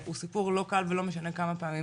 הוא סיפור לא קל, ולא משנה כמה פעמים